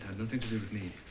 nothing to do with me